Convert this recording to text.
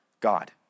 God